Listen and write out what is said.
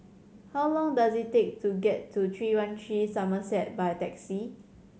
how long does it take to get to Three One Three Somerset by taxi